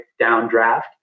downdraft